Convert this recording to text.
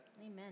Amen